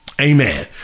Amen